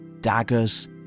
daggers